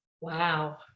wow